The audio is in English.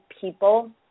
people